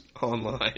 online